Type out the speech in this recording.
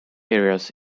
areas